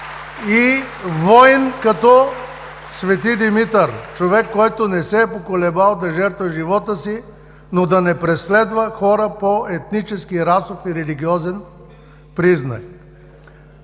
и войн като Свети Димитър – човек, който не се е поколебал да жертва живота си, но да не преследва хора по етнически, расов и религиозен признак!